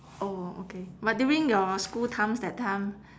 oh okay but during your school times that time